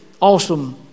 awesome